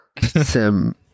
sim